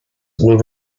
will